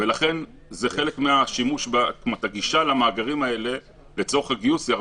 ולכן הגישה למאגרים האלה לצורך הגיוס צריכה